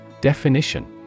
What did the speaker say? Definition